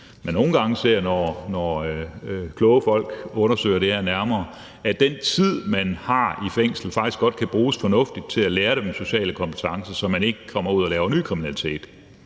vi nogle gange ser, når kloge folk undersøger det her nærmere, altså at den tid, man har i fængslet, faktisk godt kan bruges fornuftigt til at lære sociale kompetencer, så man ikke kommer ud og laver ny kriminalitet.